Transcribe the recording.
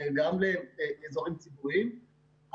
גם לאזורים ציבוריים.